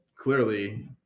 clearly